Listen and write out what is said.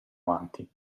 avanti